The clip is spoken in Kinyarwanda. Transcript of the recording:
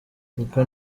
kuko